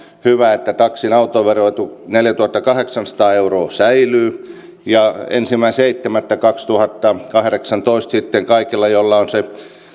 hyvä taksin autoveroetu neljätuhattakahdeksansataa euroa säilyy ensimmäinen seitsemättä kaksituhattakahdeksantoista sitten kaikilla joilla on se